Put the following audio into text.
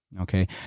okay